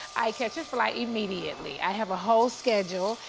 i catch a flight immediately, i have a whole schedule,